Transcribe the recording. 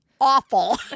awful